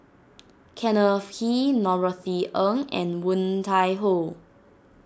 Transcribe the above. Kenneth He Norothy Ng and Woon Tai Ho